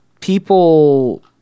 people